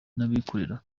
n’abikorera